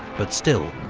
but still,